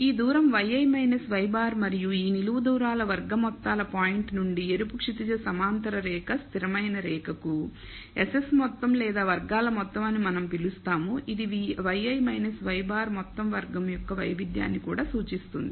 ఈ దూరం yi y̅ మరియు ఈ నిలువు దూరాల వర్గ మొత్తాల పాయింట్ నుండి ఎరుపు క్షితిజ సమాంతర రేఖ స్థిరమైన రేఖకు SS మొత్తం లేదా వర్గాల మొత్తం అని మనం పిలుస్తాము ఇది yi y̅ మొత్తం వర్గం యొక్క వైవిధ్యాన్ని కూడా సూచిస్తుంది